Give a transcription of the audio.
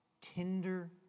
tender